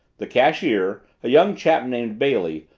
the cashier, a young chap named bailey,